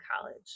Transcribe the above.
college